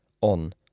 on